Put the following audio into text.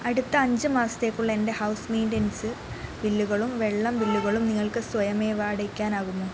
അടുത്ത അഞ്ച് മാസത്തേക്കുള്ള എൻ്റെ ഹൗസ് മെയിൻറനൻസ് ബില്ലുകളും വെള്ളം ബില്ലുകളും നിങ്ങൾക്ക് സ്വയമേവ അടയ്ക്കാനാകുമോ